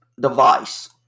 device